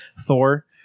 Thor